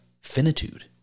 finitude